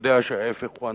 אני יודע שההיפך הוא הנכון.